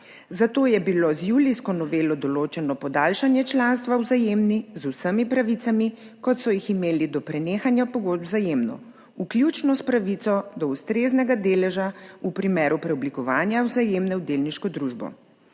Zato je bilo z julijsko novelo določeno podaljšanje članstva v Vzajemni z vsemi pravicami, kot so jih imeli do prenehanja pogodb z Vzajemno, vključno s pravico do ustreznega deleža v primeru preoblikovanja Vzajemne v delniško družbo.